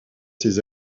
ses